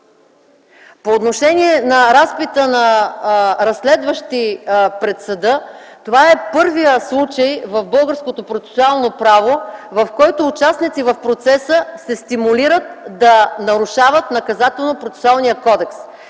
По отношение на разпита на разследващи пред съда, това е първият случай в българското процесуално право, в който участници в процеса се стимулират да нарушават Наказателно-процесуалния кодекс.